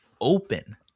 open